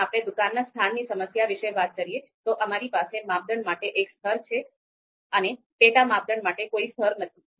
જો આપણે દુકાનના સ્થાનની સમસ્યા વિશે વાત કરીએ તો અમારી પાસે માપદંડ માટે એક સ્તર છે અને પેટા માપદંડ માટે કોઈ સ્તર નથી